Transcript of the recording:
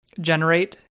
generate